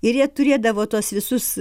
ir jie turėdavo tuos visus